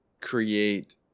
create